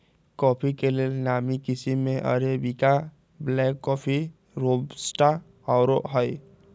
coffee के लेल नामी किशिम में अरेबिका, ब्लैक कॉफ़ी, रोबस्टा आउरो हइ